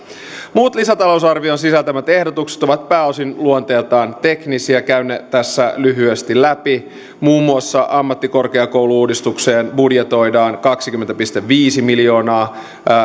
muut lisätalousarvion sisältämät ehdotukset ovat pääosin luonteeltaan teknisiä käyn ne tässä lyhyesti läpi muun muassa ammattikorkeakoulu uudistukseen budjetoidaan kaksikymmentä pilkku viisi miljoonaa